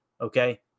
okay